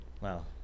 Wow